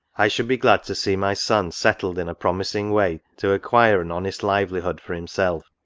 i should be glad to see my son settled in a promising way to acquire an honest livelihood for himself.